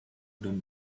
them